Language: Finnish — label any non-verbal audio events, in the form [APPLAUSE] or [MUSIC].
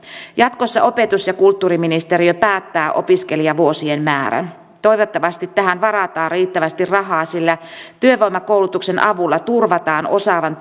jatkossa opetus ja kulttuuriministeriö päättää opiskelijavuosien määrän toivottavasti tähän varataan riittävästi rahaa sillä työvoimakoulutuksen avulla turvataan osaavan [UNINTELLIGIBLE]